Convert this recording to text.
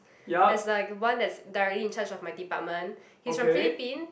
there's like one that's directly in charge of my department he's from Philippine